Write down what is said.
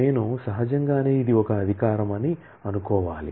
నేను సహజంగానే ఇది ఒక అధికారం అని అనుకోవాలి